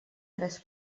tres